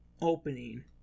Opening